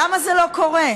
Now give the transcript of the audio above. למה זה לא קורה,